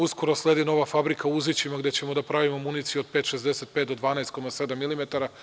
Uskoro sledi nova fabrika u Uzićima, gde ćemo da pravimo municiju od 5,65 do 12,7 milimetara.